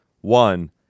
One